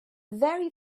very